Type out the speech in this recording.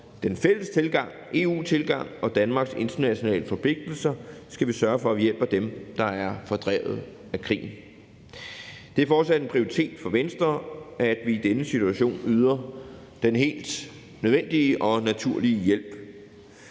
den fælles EU-tilgang og Danmarks internationale forpligtelser skal vi sørge for, at vi hjælper dem, der er fordrevet af krigen. Det er fortsat en prioritet for Venstre, at vi i denne situation yder den helt nødvendige og naturlige hjælp.